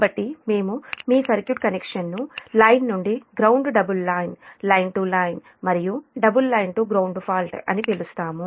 కాబట్టి మేము మీ సర్క్యూట్ కనెక్షన్ను లైన్ నుండి ground double line line to line మరియు double line to ground fault అని పిలుస్తాము